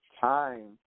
time